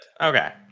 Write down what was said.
okay